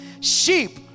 Sheep